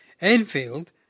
Enfield